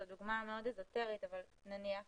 זו דוגמה מאוד איזוטרית אבל נניח